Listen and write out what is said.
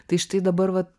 tai štai dabar vat